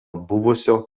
buvusio